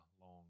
long